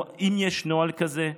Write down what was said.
אם יש נוהל כזה,